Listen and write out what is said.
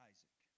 Isaac